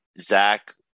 Zach